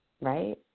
right